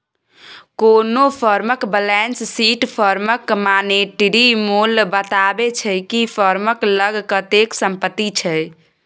कोनो फर्मक balance sheet फर्मक मानेटिरी मोल बताबै छै कि फर्मक लग कतेक संपत्ति छै